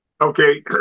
Okay